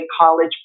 college